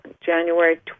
January